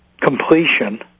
completion